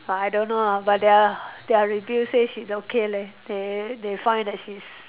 but I don't know ah but their their review says she's okay leh they they find that she's